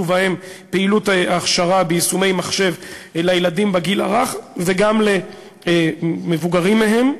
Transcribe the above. ובהם פעילות הכשרה ביישומי מחשב לילדים בגיל הרך וגם למבוגרים מהם.